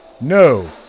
No